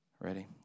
Ready